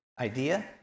idea